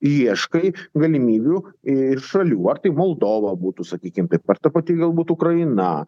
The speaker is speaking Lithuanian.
ieškai galimybių ir šalių ar tai moldova būtų sakykim taip ar ta pati galbūt ukraina